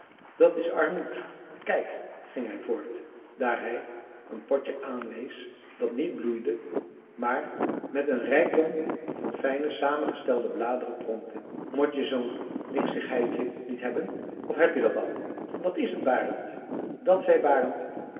dat is armoed kijk ging hij voort daar hij een potje aanwees dat niet bloeide maar met een rijkdom van fijne samengestelde bladeren pronkte motje zoo'n dingsigheidje niet hebben of hebje dat al wat is het barend dat zei